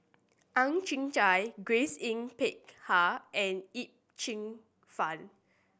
Ang Chwee Chai Grace Yin Peck Ha and Yip Cheong Fun